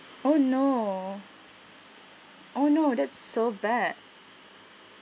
oh no oh no that's so bad